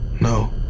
No